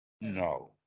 no